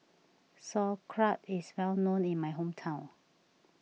Sauerkraut is well known in my hometown